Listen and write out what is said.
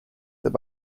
that